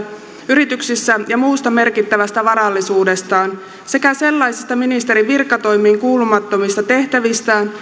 yrityksissä ja muusta merkittävästä varallisuudestaan sekä sellaisista ministerin virkatoimiin kuulumattomista tehtävistään